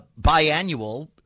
biannual